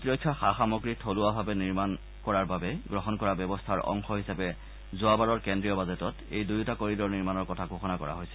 প্ৰতিৰক্ষা সা সামগ্ৰী থলুৱাভাৱে নিৰ্মাণ কৰাৰ বাবে গ্ৰহণ কৰা ব্যৱস্থাৰ অংশ হিচাপে যোৱাবাৰৰ কেন্দ্ৰীয় বাজেটত এই দুয়োটা কৰিডৰ নিৰ্মাণৰ কথা ঘোষণা কৰা হৈছিল